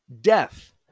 Death